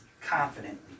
confidently